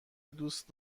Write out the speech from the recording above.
دوست